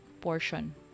portion